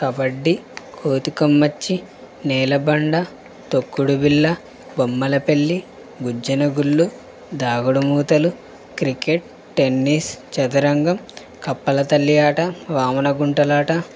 కబడ్డీ కోతి కొమ్మచ్చి నేలబండ తొక్కుడు బిళ్ళ బొమ్మల పెళ్ళి గుజ్జన గుళ్ళు దాగుడు మూతలు క్రికెట్ టెన్నిస్ చదరంగం కప్పలతల్లి ఆట వామన గుంటలాట